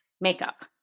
makeup